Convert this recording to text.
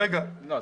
לא.